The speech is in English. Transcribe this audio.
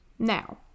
Now